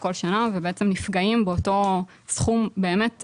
כל שנה ובעצם נפגעים באותו סכום באמת עצום.